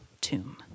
tomb